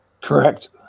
Correct